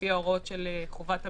לפי ההוראות של חובת הבידוד,